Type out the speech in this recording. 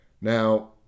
Now